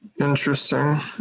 Interesting